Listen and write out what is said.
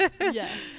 yes